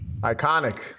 iconic